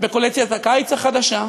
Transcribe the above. בקולקציית הקיץ החדשה,